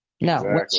no